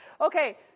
okay